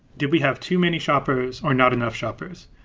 did we have too many shoppers or not enough shoppers?